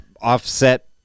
offset